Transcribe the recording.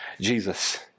Jesus